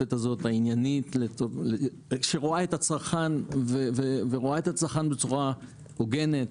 המשותפת הזאת העניינית שרואה את הצרכן בצורה הוגנת,